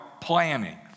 planning